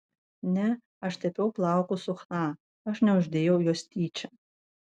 ne aš tepiau plaukus su chna aš neuždėjau jos tyčia